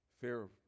fear